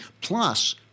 Plus